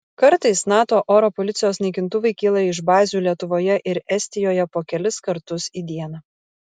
kartais nato oro policijos naikintuvai kyla iš bazių lietuvoje ir estijoje po kelis kartus į dieną